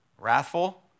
wrathful